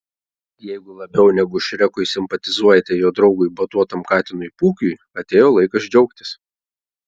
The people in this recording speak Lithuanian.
jeigu labiau negu šrekui simpatizuojate jo draugui batuotam katinui pūkiui atėjo laikas džiaugtis